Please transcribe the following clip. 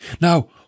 Now